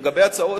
לגבי הצעות